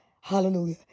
Hallelujah